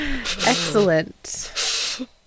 excellent